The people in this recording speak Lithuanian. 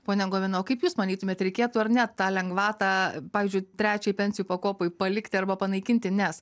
pone govina o kaip jūs manytumėt reikėtų ar ne tą lengvatą pavyzdžiui trečiai pensijų pakopai palikti arba panaikinti nes